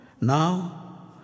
Now